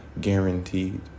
guaranteed